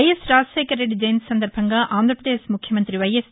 YS Rajasekhara Reddy జయంతి సందర్బంగా ఆంధ్రప్రదేశ్ ముఖ్యమంతి వైఎస్